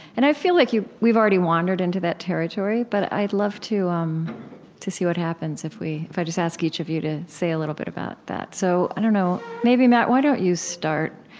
and i feel like we've already wandered into that territory, but i'd love to um to see what happens if we if i just ask each of you to say a little bit about that. so i don't know, maybe matt, why don't you start.